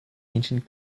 ancient